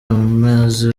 amaze